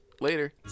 Later